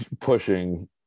pushing